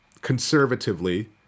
conservatively